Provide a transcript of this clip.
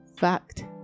Fact